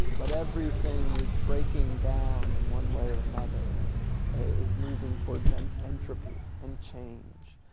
but everything is breaking down in one way or another and is moving towards an entropy and change.